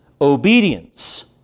Obedience